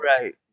right